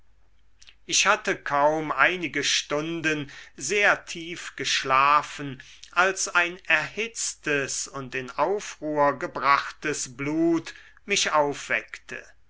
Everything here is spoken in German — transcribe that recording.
ich hatte kaum einige stunden sehr tief geschlafen als ein erhitztes und in aufruhr gebrachtes blut mich aufweckte